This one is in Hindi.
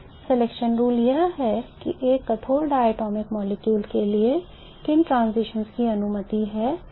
Selection rule यह है कि एक कठोर diatomic molecule के लिए किन transition की अनुमति है या देखा जा सकता है